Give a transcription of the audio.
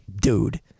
Dude